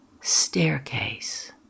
staircase